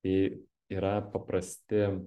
tai yra paprasti